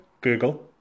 Google